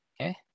Okay